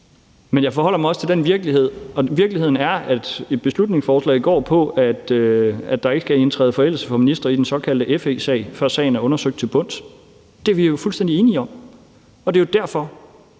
Men jeg forholder mig også til den virkelighed, der er, og virkeligheden er, at beslutningsforslaget går på, at der ikke kan indtræde forældelse for ministre i den såkaldte FE-sag, før sagen er undersøgt til bunds. Det er vi jo fuldstændig enige om, og det er derfor,